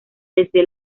desde